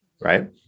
right